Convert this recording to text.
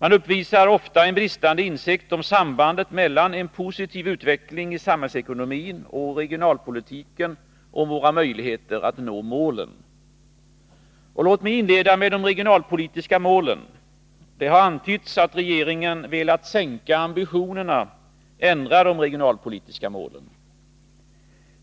Man uppvisar ofta en bristande insikt om sambandet mellan en positiv utveckling i samhällsekonomin och i regionalpolitiken, om våra möjligheter att nå målen. Låt mig inleda med de regionalpolitiska målen. Det har antytts att regeringen velat sänka ambitionerna, ändra de regionalpolitiska målen.